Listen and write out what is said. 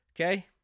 okay